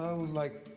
ah it was, like,